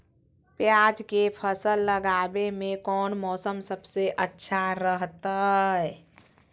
प्याज के फसल लगावे में कौन मौसम सबसे अच्छा रहतय?